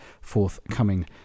forthcoming